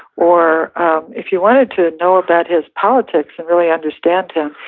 or if you wanted to know about his politics and really understand him,